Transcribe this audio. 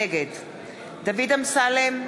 נגד דוד אמסלם,